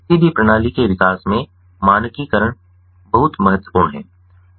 किसी भी प्रणाली के विकास में मानकीकरण बहुत महत्वपूर्ण है